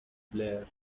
blair